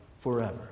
forever